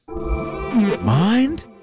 Mind